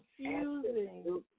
confusing